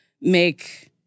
make